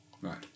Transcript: Right